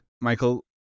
Michael